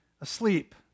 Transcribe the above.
asleep